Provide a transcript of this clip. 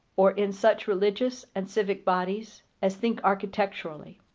or in such religious and civic bodies as think architecturally.